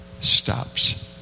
stops